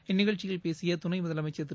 இந்நிகழ்ச்சியில் பேசிய துணை முதலமம்சர் திரு